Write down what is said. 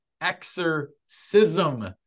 exorcism